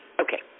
Okay